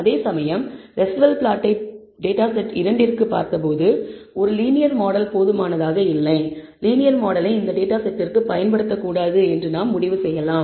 அதேசமயம் ரெஸிடுவல் பிளாட்டை பார்த்து டேட்டா செட் 2 க்கு ஒரு லீனியர் மாடல் போதுமானதாக இல்லை லீனியர் மாடலை இந்த டேட்டா செட்டிற்கு பயன்படுத்தக்கூடாது என்று நாம் முடிவு செய்யலாம்